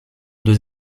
deux